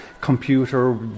computer